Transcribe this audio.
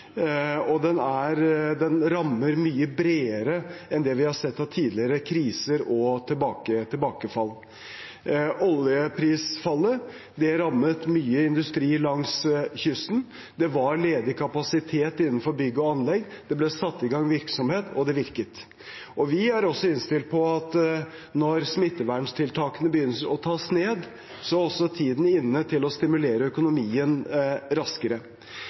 og den rammer mye bredere enn det vi har sett av tidligere kriser og tilbakefall. Oljeprisfallet rammet mye industri langs kysten. Det var ledig kapasitet innenfor bygg og anlegg. Det ble satt i gang virksomhet, og det virket. Vi er innstilt på at når man begynner å ta ned smittevernstiltakene, er tiden inne til å stimulere økonomien raskere.